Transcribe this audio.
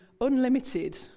unlimited